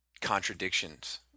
contradictions